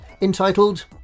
entitled